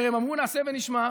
הרי הם אמרו "נעשה ונשמע".